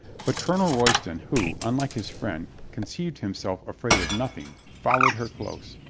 but colonel royston, who, unlike his friend, con ceived himself afraid of nothing, followed her close.